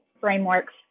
frameworks